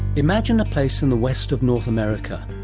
imagine a place in the west of north america,